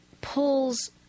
pulls